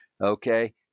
Okay